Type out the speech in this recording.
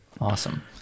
Awesome